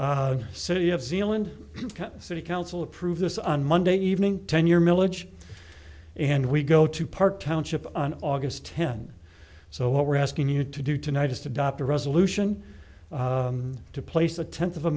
the city council approved this on monday evening ten your milage and we go to park township on august tenth so what we're asking you to do tonight is to adopt a resolution to place a tenth of a